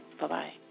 Bye-bye